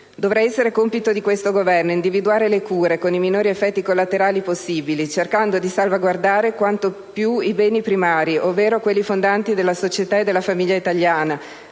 Dovrà essere compito di questo Governo individuare le cure con i minori effetti collaterali possibili, cercando di salvaguardare quanto più i beni primari, ovvero quelli fondanti della società e della famiglia italiana,